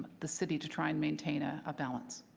the city to try and maintain a ah balance.